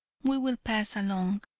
we will pass along.